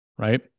right